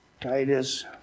Titus